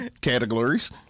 categories